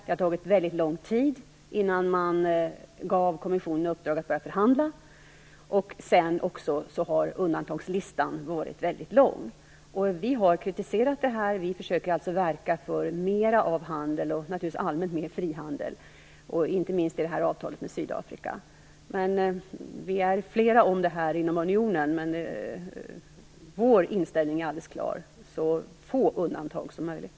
Det har tagit väldigt lång tid innan kommissionen fick uppdraget att förhandla. Undantagslistan har varit väldigt lång. Vi har kritiserat detta. Vi försöker verka för mera av handel och naturligtvis allmänt mera av frihandel. Inte minst gäller det avtalet med Sydafrika. Vi är flera om detta inom unionen, men vår inställning är alldeles klar: så få undantag som möjligt.